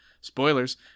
spoilers